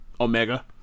Omega